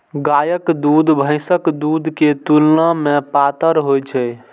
गायक दूध भैंसक दूध के तुलना मे पातर होइ छै